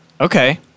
Okay